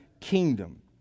kingdom